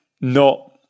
not-